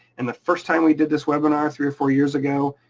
and the first time we did this webinar three or four years ago,